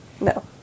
No